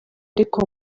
ariko